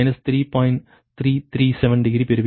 337 degree பெறுவீர்கள்